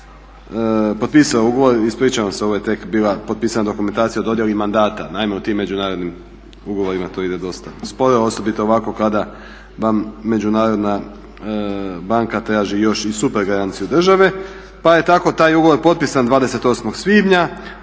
tek bila potpisana dokumentacija o dodjeli mandata. Naime, u tim međunarodnim ugovorima to ide dosta sporo osobito ovako kada vam međunarodna banka traži još i supergaranciju države. Pa je tako ugovor potpisan 28.svibnja,